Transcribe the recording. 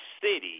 city